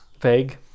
Vague